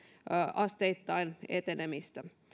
asteittain etenemistä